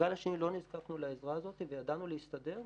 בגל השני לא נזקקנו לעזרה הזאת וידענו להסתדר.